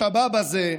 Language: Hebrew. השבאב הזה,